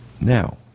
Now